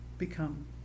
Become